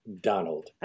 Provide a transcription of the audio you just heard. Donald